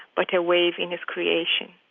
but a wave in his creation.